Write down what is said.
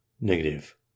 Negative